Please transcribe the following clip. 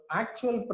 actual